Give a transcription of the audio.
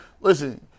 listen